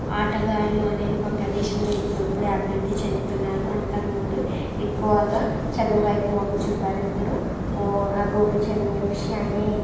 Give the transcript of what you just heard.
ఆటగాళ్ళు అనేది మా ప్రదేశంలో ఇప్పుడిప్పుడే అభివృద్ధి చెందుతున్నారు అంతకుముందు ఎక్కువగా చదువు వైపు మొగ్గు చూపారు ఇప్పుడు అ గోపిచందు చూసీ